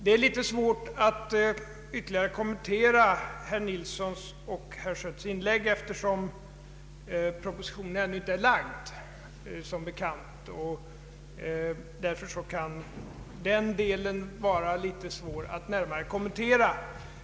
Det är litet svårt att ytterligare kommentera herr Nilssons och herr Schötts inlägg, eftersom propositionen som bekant ännu inte framlagts.